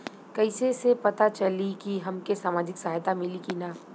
कइसे से पता चली की हमके सामाजिक सहायता मिली की ना?